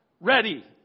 ready